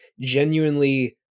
genuinely